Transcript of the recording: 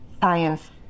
science